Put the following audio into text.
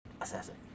Assassin